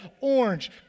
orange